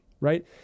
right